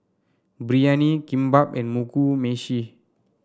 Biryani Kimbap and Mugi Meshi